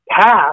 past